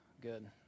Good